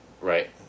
right